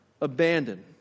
abandoned